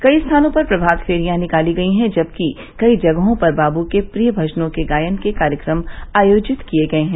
कई स्थानों पर प्रभात फेरियां निकाली गयी हैं जबकि कई जगहों पर बापू के प्रिय भजनों के गायन के कार्यक्रम आयोजित किए गये हैं